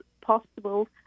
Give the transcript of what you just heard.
possible